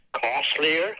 costlier